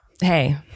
Hey